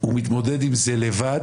הוא מתמודד עם זה לבד,